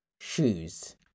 shoes